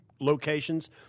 locations